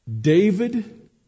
David